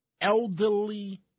elderly